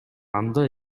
анда